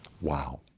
Wow